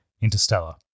Interstellar